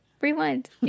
rewind